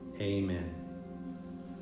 Amen